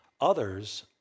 Others